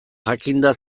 jakinda